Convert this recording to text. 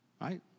right